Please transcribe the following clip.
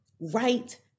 right